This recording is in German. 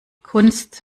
kunst